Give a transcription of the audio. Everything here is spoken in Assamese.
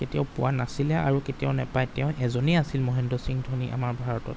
কেতিয়াও পোৱা নাছিলে আৰু কেতিয়াও নাপায় তেওঁ এজনেই আছিল মহেন্দ্ৰ সিং ধোনী আমাৰ ভাৰতত